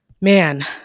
man